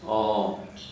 orh